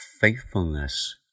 faithfulness